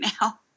now